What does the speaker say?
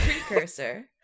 precursor